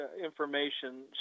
information